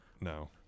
No